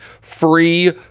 free